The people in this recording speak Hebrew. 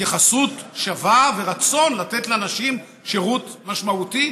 התייחסות שווה ורצון לתת לנשים שירות משמעותי